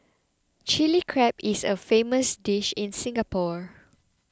Chilli Crab is a famous dish in Singapore